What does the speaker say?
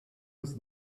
was